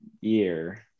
year